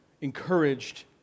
encouraged